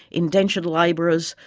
indentured labourers,